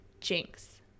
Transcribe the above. Jinx